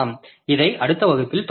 இதை அடுத்த வகுப்பில் தொடருவோம்